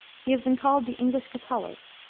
he has been called the english catullus,